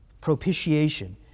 Propitiation